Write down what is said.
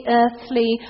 earthly